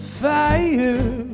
fire